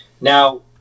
Now